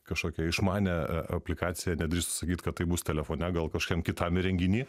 kažkokią išmanią aplikaciją nedrįstu sakyt kad tai bus telefone gal kažkokiam kitam įrenginy